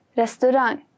restaurang